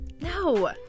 No